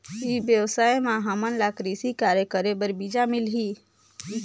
ई व्यवसाय म हामन ला कृषि कार्य करे बर बीजा मिलही?